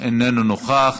איננו נוכח.